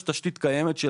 יש פה תשתית קיימת.